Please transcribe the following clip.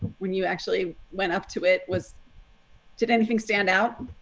when you actually went up to it? was did anything stand out?